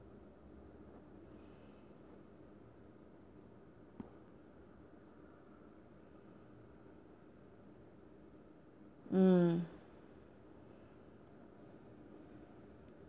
mm